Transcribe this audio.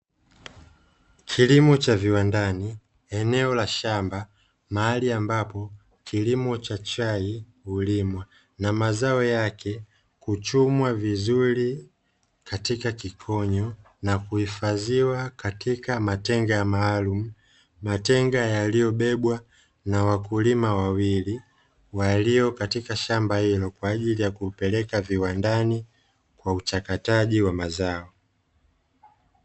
Kilimo cha viwandani, eneo la shamba mahali ambapo kilimo cha chai hulimwa, na mazao yake kuchumwa vizuri katika kikonyo na kuhifadhiwa katika matenga maalumu, matenga yaliyobebwa na wakulima wawili, walio katika shamba hilo kwa ajili ya kupeleka viwandani, kwa uchakataji wa mazao.